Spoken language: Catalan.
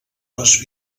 les